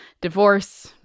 divorce